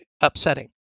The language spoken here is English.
upsetting